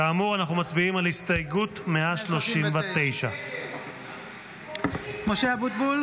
כאמור אנחנו מצביעים על הסתייגות 139. (קוראת בשמות חברי הכנסת) משה אבוטבול,